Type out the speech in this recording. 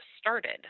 started